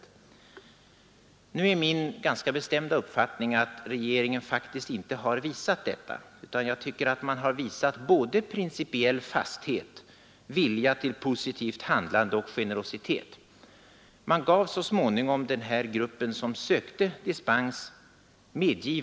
Det är min ganska bestämda uppfattning att regeringen faktiskt inte har visat bristande generositet, utan jag tycker att den har visat såväl principiell fasthet och vilja till positivt handlande som generositet. Man gav så småningom denna grupp dispens.